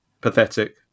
Pathetic